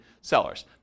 sellers